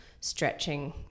stretching